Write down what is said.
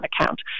account